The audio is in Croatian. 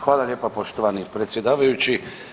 Hvala lijepa poštovani predsjedavajući.